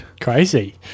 Crazy